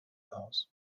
aus